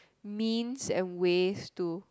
means and ways to